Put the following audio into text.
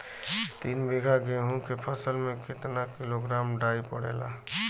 तीन बिघा गेहूँ के फसल मे कितना किलोग्राम डाई पड़ेला?